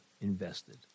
invested